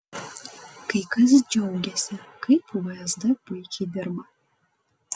kai kas džiaugėsi kaip vsd puikiai dirba